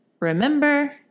Remember